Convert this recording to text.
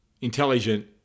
intelligent